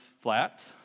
flat